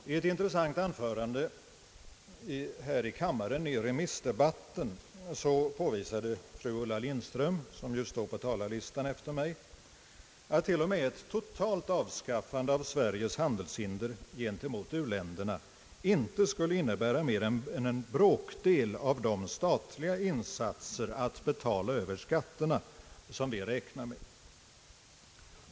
I ett intressant anförande här i kammaren under remissdebatten påvisade fru Ulla Lindström, som ju står på talarlistan efter mig, att t.o.m. ett totalt avskaffande av Sveriges handelshinder gentemot u-länderna inte skulle innebära mer än en bråkdel av de statliga insatser att betala över skatterna som vi räknar med.